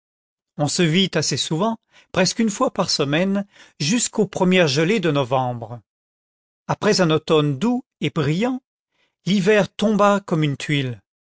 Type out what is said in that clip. on se vit assez souvent presque une fois par semaine jusqu'aux premières gelées de novembre après un automne doux et brillant l'hiver tomba comme une tuile